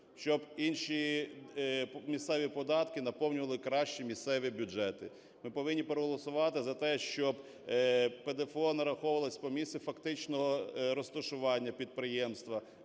щоб інші місцеві податки наповнювали краще місцеві бюджети. Ми повинні проголосувати за те, щоб ПДФО нараховувалось по місцю фактичного розташування підприємства,